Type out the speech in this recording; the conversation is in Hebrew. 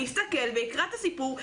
אני אסתכל ואקרא את הסיפור.